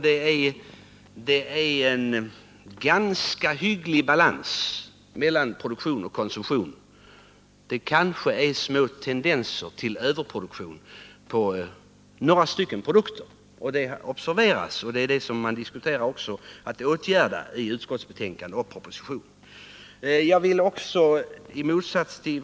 Det råder en ganska hygglig balans mellan produktion och konsumtion. Kanske finns det små tendenser till överproduktion av några produkter, men det observeras, och i propositionen och i utskottsbetänkandet diskuterar man också att åtgärda det.